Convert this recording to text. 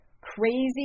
crazy